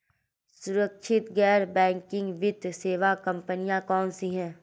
सुरक्षित गैर बैंकिंग वित्त सेवा कंपनियां कौनसी हैं?